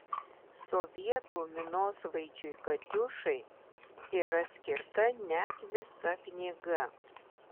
sovietų minosvaidžiui katiušai yra skirta net visa knyga